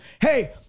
hey